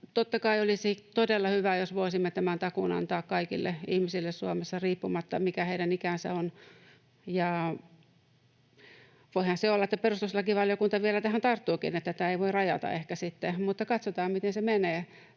Totta kai olisi todella hyvä, jos voisimme tämän takuun antaa kaikille ihmisille Suomessa riippumatta siitä, mikä heidän ikänsä on. Voihan olla, että perustuslakivaliokunta vielä tähän tarttuukin, että tätä ei voi ehkä sitten rajata, mutta katsotaan, miten se menee.